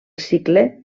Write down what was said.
cicle